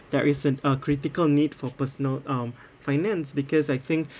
there is an a critical need for personal um finance because I think